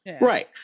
Right